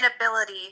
inability